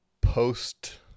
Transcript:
post